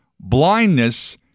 blindness